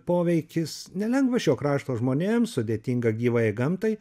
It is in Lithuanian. poveikis nelengva šio krašto žmonėms sudėtinga gyvajai gamtai